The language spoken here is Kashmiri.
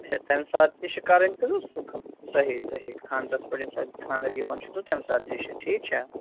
اَچھا تَمہِ ساتہٕ تہِ چھِ کَرٕنۍ تہٕ صُبح صحیح صحیح خانٛدرَس پٮ۪ٹھ ییٚمہِ ساتہٕ خانٛدَر یِوَن چھُ تہٕ تَمہِ ساتہٕ تہِ چھِ ٹھیٖک چھا